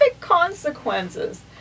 consequences